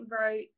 wrote